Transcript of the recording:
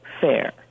fair